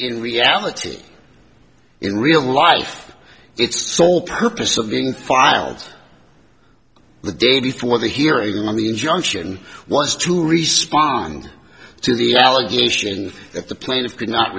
in reality in real life its sole purpose of being filed the day before the hearing i mean junction was to respond to the allegation that the plane of could not